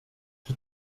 czy